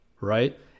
right